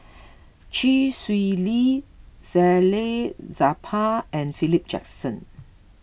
Chee Swee Lee Salleh Japar and Philip Jackson